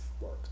work